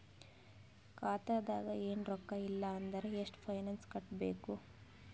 ಖಾತಾದಾಗ ಏನು ರೊಕ್ಕ ಇಲ್ಲ ಅಂದರ ಎಷ್ಟ ಫೈನ್ ಕಟ್ಟಬೇಕು?